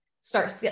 start